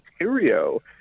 Ontario